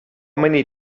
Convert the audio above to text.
many